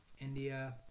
India